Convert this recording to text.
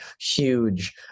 huge